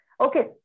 Okay